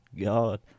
God